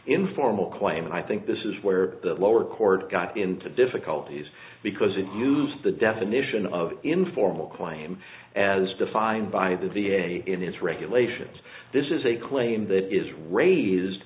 informal claim and i think this is where the lower court got into difficulties because it used the definition of informal claim as defined by the v a in its regulations this is a claim that is raised